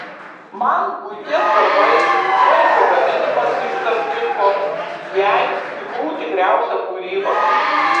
man buities darbai valgio gaminimas lyg tarp kitko jai tikrų tikriausia kūryba